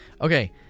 okay